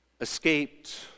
escaped